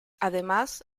además